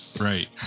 right